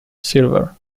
silver